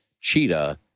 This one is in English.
Cheetah